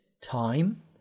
time